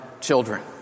children